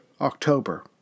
October